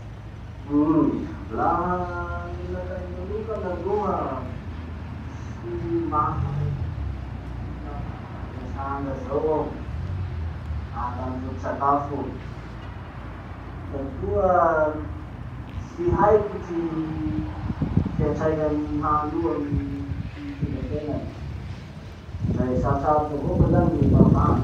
Uhm uhm! Laha aminakahy manokana aloha, tsy mahay biby mihina volotsanga zao aho, laha hataony foto-tsakafo io. Sady koa tsy haiko ty fiatraikin'ny hany io amy ty fomba fiainany. Zay! sarosarotry avao moa zany ny mavandy.